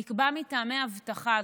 נקבע מטעמי אבטחה.